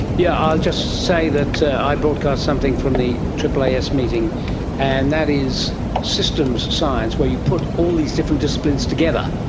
yeah i'll just say that i broadcast something from the aaas meeting and that is systems science where you put all these different disciplines together.